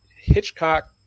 hitchcock